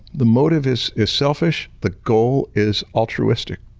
the motive is is selfish, the goal is altruistic.